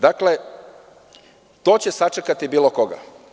Dakle, to će sačekati bilo koga.